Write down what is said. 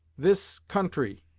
this country,